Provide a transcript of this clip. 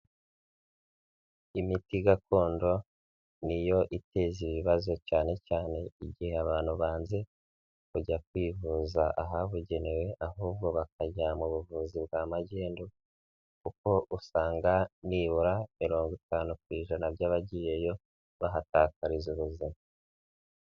Imiti gakondo ni yo iteza ibibazo cyane cyane igihe abantu banze kujya kwivuza ahabugenewe ahubwo bakajya mu buvuzi bwa magendu kuko usanga nibura mirongo itanu ku ijana by'abagiyeyo bahatakariza ubuzima.